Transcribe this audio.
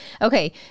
Okay